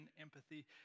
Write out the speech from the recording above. empathy